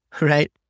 right